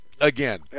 again